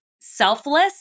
selfless